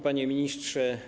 Panie Ministrze!